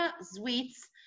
sweets